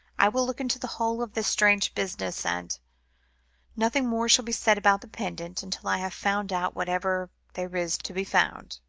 i will look into the whole of this strange business, and nothing more shall be said about the pendant, until i have found out whatever there is to be found.